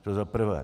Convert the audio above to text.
To za prvé.